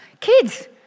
Kids